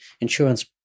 insurance